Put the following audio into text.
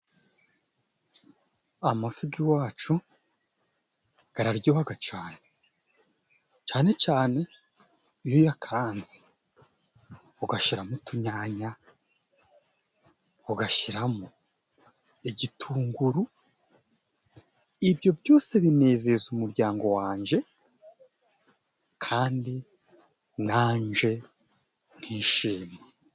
Amafi gi'iwacu gararyohaga cane. Cane cane iyo uyakaranze. Ugashira mo utunyanya, ugashyira mo igitunguru, ibyo byose binezeza umuryango wanje kandi nanje nkishima.